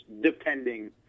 depending